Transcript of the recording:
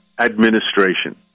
administration